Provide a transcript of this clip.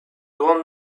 grande